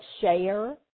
share